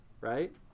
Right